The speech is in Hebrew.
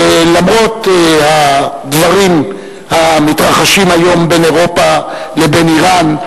ולמרות הדברים המתרחשים היום בין אירופה לבין אירן,